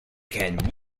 can